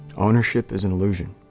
ownership is an illusion.